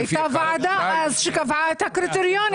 הייתה ועדה אז שקבעה את הקריטריונים.